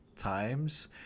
times